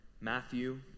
Matthew